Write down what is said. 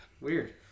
Weird